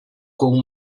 com